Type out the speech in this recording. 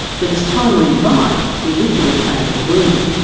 but as time went by, the original plan grew.